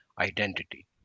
identity